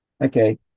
Okay